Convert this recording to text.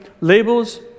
labels